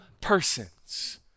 persons